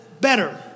better